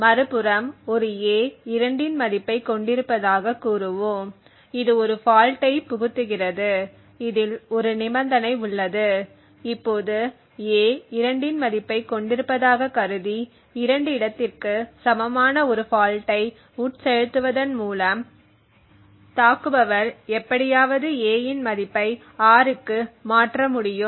மறுபுறம் ஒரு a 2 இன் மதிப்பைக் கொண்டிருப்பதாகக் கூறுவோம் இது ஒரு ஃபால்ட்டை புகுத்துகிறது இதில் ஒரு நிபந்தனை உள்ளது இப்போது a 2 இன் மதிப்பைக் கொண்டிருப்பதாகக் கருதி 2 இடத்திற்கு சமமான ஒரு ஃபால்ட்டை உட்செலுத்துவதன் மூலம் தாக்குபவர் எப்படியாவது a இன் மதிப்பைக் 6 க்கு மாற்ற முடியும்